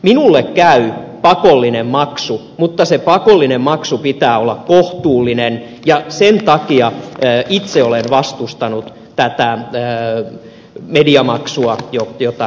minulle käy pakollinen maksu mutta sen pakollisen maksun pitää olla kohtuullinen ja sen takia itse olen vastustanut tätä mediamaksua jota esitettiin